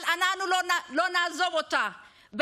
אבל אנחנו לא נעזוב אותה.